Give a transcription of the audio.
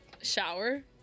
shower